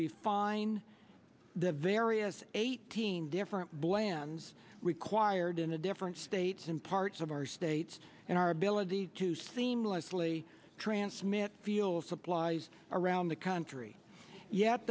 refine the various eighteen different blends required in a different states in parts of our states and our ability to seamlessly transmit feels supplies around the country yet